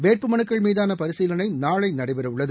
வேட்பு மனுக்கள் மீதான பரிசீலனை நாளை நடைபெறவுள்ளது